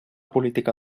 política